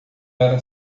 era